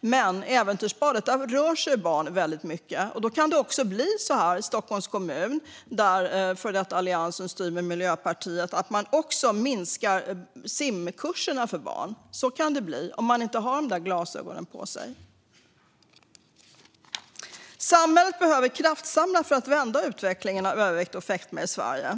men i äventyrsbadet rör sig barn väldigt mycket. Det kan även bli som det också blev i Stockholms kommun, där den före detta Alliansen styr med Miljöpartiet, att man minskar simkurserna för barn. Så kan det bli om man inte har de glasögonen på sig. Samhället behöver kraftsamla för att vända utvecklingen av övervikt och fetma i Sverige.